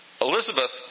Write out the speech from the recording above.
Elizabeth